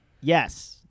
Yes